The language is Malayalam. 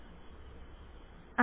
വിദ്യാർത്ഥി സർ ഉണ്ട്